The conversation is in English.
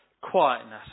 quietness